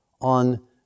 on